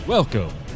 Welcome